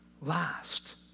last